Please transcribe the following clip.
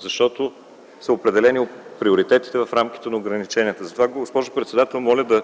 защото приоритетите са определени в рамките на ограниченията. Госпожо председател, моля